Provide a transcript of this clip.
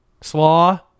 slaw